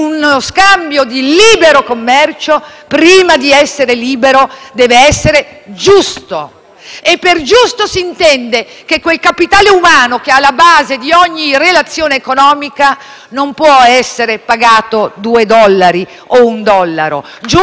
Per giusto si intende che quel capitale umano alla base di ogni relazione economica non può essere pagato uno o due dollari. *(Applausi dal Gruppo L-SP-PSd'Az)*. Giusto vuol dire che quel capitale umano deve avere il giusto riconoscimento del proprio lavoro.